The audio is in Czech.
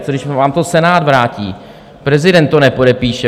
Co když vám to Senát vrátí, prezident to nepodepíše?